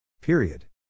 Period